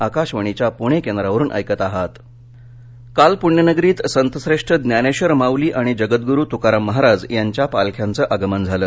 आषाढी वारी काल पुण्यनगरीत संतश्रेष्ठ ज्ञानेधर माउली आणि जगदगुरु तुकाराम महाराज यांच्या पालख्यांचं आगमन झालं